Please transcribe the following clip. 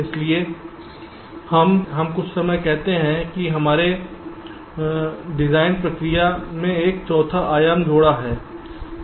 इसलिए हम कुछ समय कहते हैं कि हमने डिजाइन प्रक्रिया में एक चौथा आयाम जोड़ा है